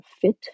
fit